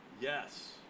Yes